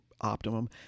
optimum